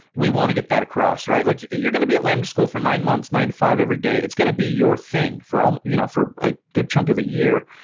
we want to get that across, right? like you're going to be at lambda school for nine months, nine to five every day. it's going to be your thing for um you know for a good chunk of a year,